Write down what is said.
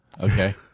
okay